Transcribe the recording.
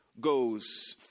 goes